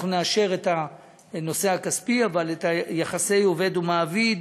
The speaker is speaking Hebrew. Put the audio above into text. נאשר את הנושא הכספי, אבל על יחסי עובד ומעביד